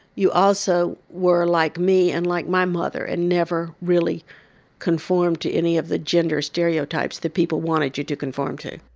you also were like me and like my mother and never really conformed to any of the gender stereotypes that people wanted you to conform to.